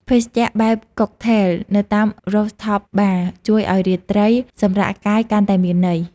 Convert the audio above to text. ភេសជ្ជៈបែបកុកថែល នៅតាម Rooftop Bar ជួយឱ្យរាត្រីសម្រាកកាយកាន់តែមានន័យ។